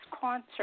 concert